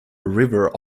river